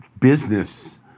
business